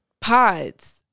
pods